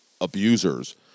abusers